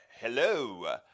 hello